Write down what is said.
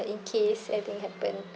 in case anything happen